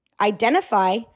identify